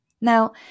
Now